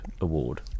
award